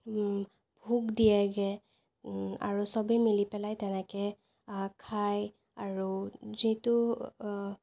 ভোগ দিয়েগৈ আৰু চবে মিলি পেলাই তেনেকৈ খাই আৰু যিটো